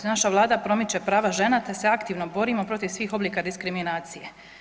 Naša vlada promiče prava žena, te se aktivno borimo protiv svih oblika diskriminacije.